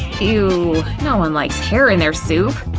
ew! no one likes hair in their soup!